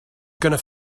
going